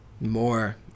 More